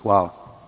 Hvala.